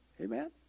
Amen